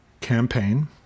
campaign